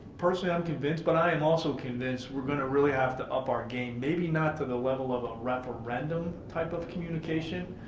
personally, i'm convinced, but i'm also convinced we're gonna really have to up our game. maybe not to the level of a referendum type of communication,